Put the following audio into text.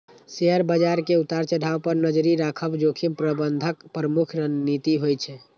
share बाजार के उतार चढ़ाव पर नजरि राखब जोखिम प्रबंधनक प्रमुख रणनीति होइ छै